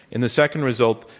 in the second result,